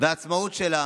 והעצמאות שלה